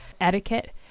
etiquette